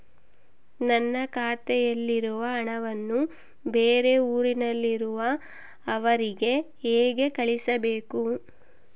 ನನ್ನ ಖಾತೆಯಲ್ಲಿರುವ ಹಣವನ್ನು ಬೇರೆ ಊರಿನಲ್ಲಿರುವ ಅವರಿಗೆ ಹೇಗೆ ಕಳಿಸಬೇಕು?